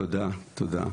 תודה רבה.